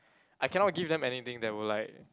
I cannot give them anything that will like